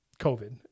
COVID